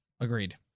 agreed